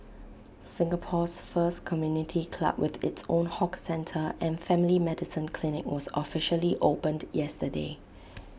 Singapore's first community club with its own hawker centre and family medicine clinic was officially opened yesterday